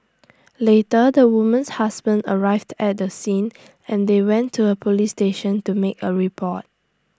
later the woman's husband arrived at the scene and they went to A Police station to make A report